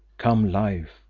come life,